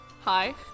Hi